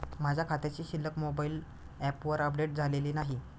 माझ्या खात्याची शिल्लक मोबाइल ॲपवर अपडेट झालेली नाही